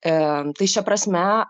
tai šia prasme